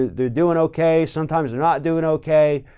they're doing okay. sometimes they're not doing okay,